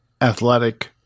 Athletic